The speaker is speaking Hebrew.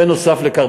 בנוסף לכך,